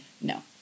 no